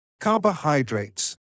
carbohydrates